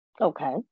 Okay